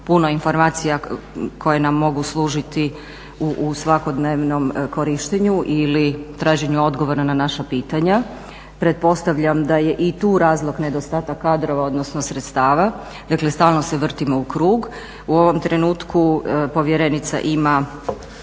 puno informacija koje nam mogu služiti u svakodnevnom korištenju ili traženju odgovora na naša pitanja. Pretpostavljam da je i tu razlog nedostatak kadrova, odnosno sredstava. Dakle, stalno se vrtimo u krug. U ovom trenutku povjerenica ima